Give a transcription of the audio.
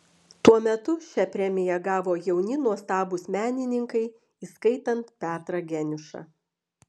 tuo metu šią premiją gavo jauni nuostabūs menininkai įskaitant petrą geniušą